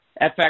FX